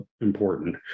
important